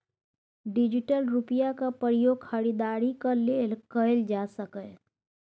digital रुपैयाक प्रयोग खरीदारीक लेल कएल जा सकैए